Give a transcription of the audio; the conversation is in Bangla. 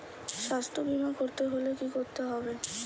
স্বাস্থ্যবীমা করতে হলে কি করতে হবে?